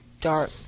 dark